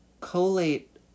collate